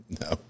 No